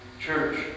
church